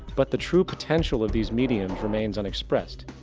but the true potential of these mediums remains unexpressed.